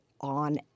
on